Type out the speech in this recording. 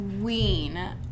queen